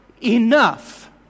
enough